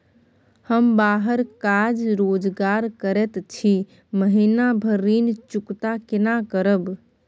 हम बाहर काज रोजगार करैत छी, महीना भर ऋण चुकता केना करब?